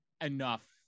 enough